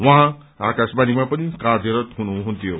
उहाँ आकाशवाणीमा पनि कार्यरत हुनुहुन्थ्यो